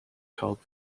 called